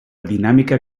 dinàmica